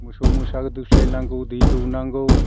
मोसौ मोसा दोस्लायनांगौ दै दौनांगौ